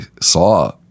saw